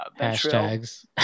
Hashtags